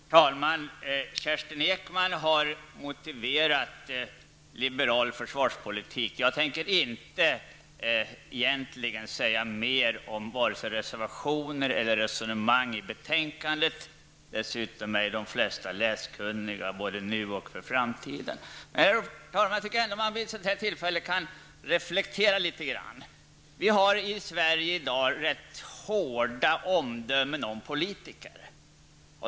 Herr talman! Kerstin Ekman har motiverat liberal försvarspolitik. Jag tänker egentligen inte säga mer om vare sig reservationer eller resonemang i betänkandet. De flesta som intresserar sig för frågan -- såväl i dag som i framtiden -- är ju dessutom läskunniga. Herr talman! Jag tycker att man vid ett sådant här tillfälle kan reflektera litet grand. Vi har i Sverige i dag rätt hårda omdömen om politiker.